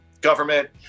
government